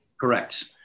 Correct